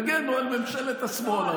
יגנו על ממשלת השמאל.